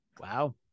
Wow